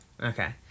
Okay